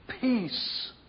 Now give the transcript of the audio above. Peace